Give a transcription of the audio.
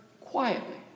quietly